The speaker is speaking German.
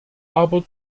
aber